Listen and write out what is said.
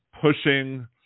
pushing